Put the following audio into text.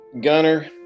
Gunner